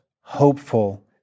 hopeful